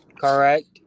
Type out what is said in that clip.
Correct